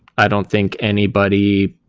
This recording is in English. i don't think anybody